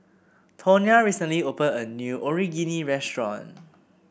Tawnya recently opened a new restaurant